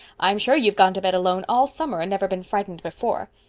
i'm sure you've gone to bed alone all summer and never been frightened before.